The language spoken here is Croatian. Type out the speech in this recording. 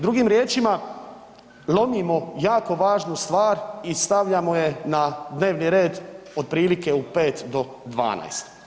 Drugim riječima lomimo jako važnu stvar i stavljamo je na dnevni red otprilike u 5 do 12.